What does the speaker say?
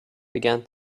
began